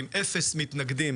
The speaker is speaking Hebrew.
עם אפס מתנגדים